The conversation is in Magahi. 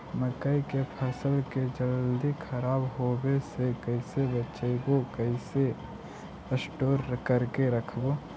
मकइ के फ़सल के जल्दी खराब होबे से कैसे बचइबै कैसे स्टोर करके रखबै?